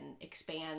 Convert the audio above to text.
expand